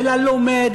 וללומד,